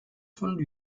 von